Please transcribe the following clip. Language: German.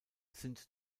sind